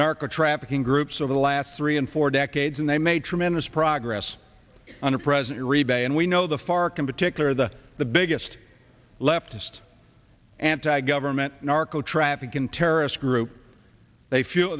narco trafficking groups over the last three and four decades and they made tremendous progress under present ribeye and we know the fark and particular the the biggest leftist anti government narco trafficking terrorist group they feel